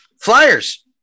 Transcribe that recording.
Flyers